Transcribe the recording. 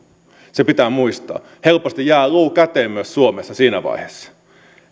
se pitää muistaa helposti jää luu käteen myös suomessa siinä vaiheessa